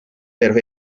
per